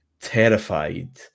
terrified